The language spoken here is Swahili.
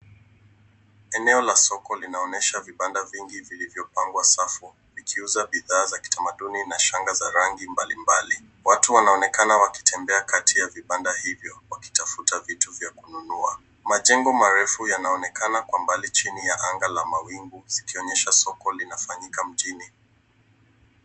Eneo la soko linaonyesha vibanda vingi viivyopangwa safu, vikiuza bidhaa za kitamaduni na shanga za rangi mbalimbali. Watu wanaonekana wakitembea kati ya vibanda hivyo wakitafuta vitu vya kununua. Majengo marefu yanaonekana kwa mbali, chini ya anga la mawingu zikionyesha soko linafanyika mjini.